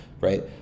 right